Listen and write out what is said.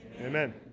Amen